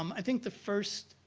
um i think the first,